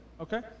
okay